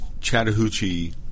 Chattahoochee